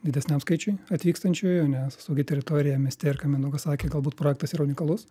didesniam skaičiui atvykstančiųjų nes saugi teritorija mieste ir ką mindaugas sakė galbūt projektas yra unikalus